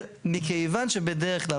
מכיוון שבדרך כלל,